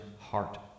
heart